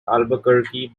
albuquerque